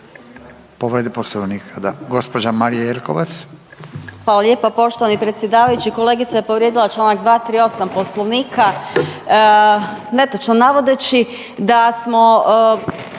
povreda poslovnika da. Gospođa Marija Jelkovac. **Jelkovac, Marija (HDZ)** Hvala lijepa poštovani predsjedavajući. Kolegica je povrijedila čl. 238. poslovnika netočno navodeći da smo